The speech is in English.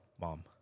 mom